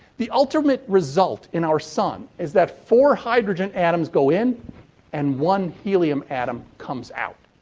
the ultimate result in our sun is that four hydrogen atoms go in and one helium atom comes out.